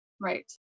right